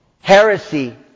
Heresy